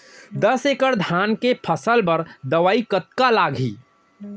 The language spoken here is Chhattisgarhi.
दस एकड़ धान के फसल बर दवई कतका लागही?